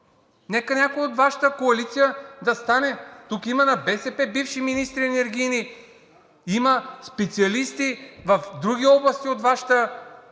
Нека някой от Вашата коалиция да стане – тук има на БСП бивши енергийни министри, има специалисти в други области от Вашата